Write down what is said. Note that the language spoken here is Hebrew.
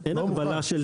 לא מוכן.